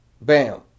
Bam